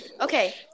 Okay